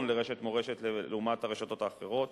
לרשת "מורשת" לעומת הרשתות האחרות.